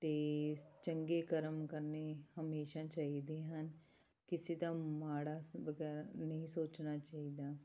ਅਤੇ ਚੰਗੇ ਕਰਮ ਕਰਨੇ ਹਮੇਸ਼ਾ ਚਾਹੀਦੇ ਹਨ ਕਿਸੇ ਦਾ ਮਾੜਾ ਸ ਵਗੈਰਾ ਨਹੀਂ ਸੋਚਣਾ ਚਾਹੀਦਾ